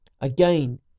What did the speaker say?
Again